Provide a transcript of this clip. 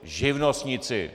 Živnostníci!